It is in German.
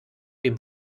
dem